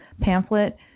pamphlet